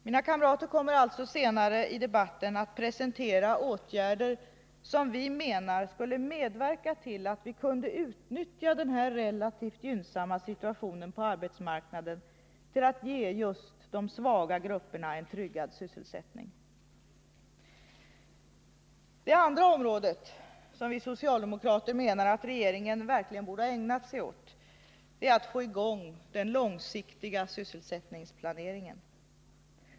Mina kamrater kommer alltså att senare i debatten presentera åtgärder som vi menar skulle medverka till att vi kunde utnyttja den här relativt gynnsamma situationen på arbetsmarknaden till att ge just de svaga grupperna en tryggad sysselsättning. Det andra område som vi socialdemokrater anser att regeringen verkligen borde ha ägnat sig åt är den långsiktiga sysselsättningsplaneringen.